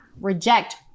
reject